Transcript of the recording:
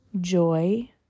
joy